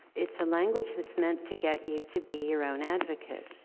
it's a language that's meant to get you to be your own advocate,